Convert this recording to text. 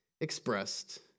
expressed